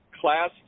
Class